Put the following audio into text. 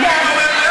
מאוד מוזר.